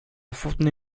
fontenay